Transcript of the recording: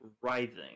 writhing